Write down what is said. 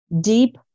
Deep